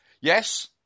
Yes